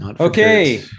Okay